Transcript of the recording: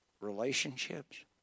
relationships